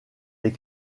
les